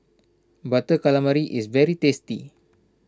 Butter Calamari is very tasty